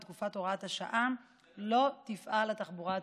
בתקופת הוראת השעה לא תפעל התחבורה הציבורית.